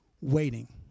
waiting